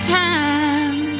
time